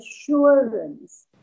assurance